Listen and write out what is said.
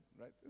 right